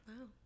Wow